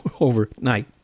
overnight